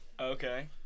Okay